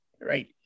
right